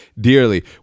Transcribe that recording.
dearly